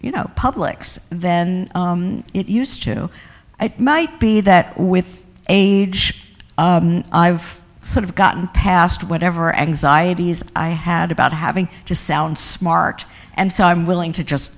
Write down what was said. broader publics then it used to it might be that with age i've sort of gotten past whatever anxieties i had about having to sound smart and so i'm willing to just